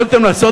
יכולתם לעשות,